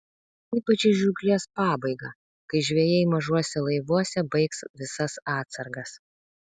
ypač į žūklės pabaigą kai žvejai mažuose laivuose baigs visas atsargas